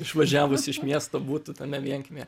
išvažiavus iš miesto būtų tame vienkiemyje